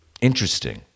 Interesting